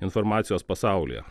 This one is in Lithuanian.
informacijos pasaulyje